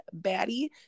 baddie